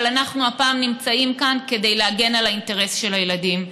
אבל אנחנו הפעם נמצאים כאן כדי להגן על האינטרס של הילדים.